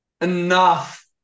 enough